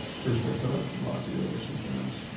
first, i put up lazio or something else,